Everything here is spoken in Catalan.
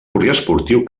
poliesportiu